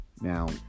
Now